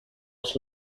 was